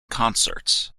concerts